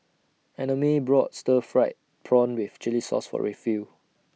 Annamae brought Stir Fried Prawn with Chili Sauce For Rayfield